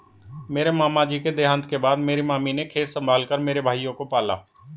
मेरे मामा जी के देहांत के बाद मेरी मामी ने खेत संभाल कर मेरे भाइयों को पाला